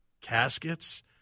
caskets